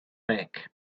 back